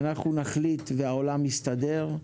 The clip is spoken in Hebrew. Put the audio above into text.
אנחנו נחליט והעולם יסתדר,